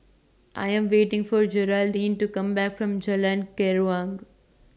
I Am waiting For Jeraldine to Come Back from Jalan Keruing